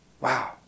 Wow